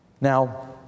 Now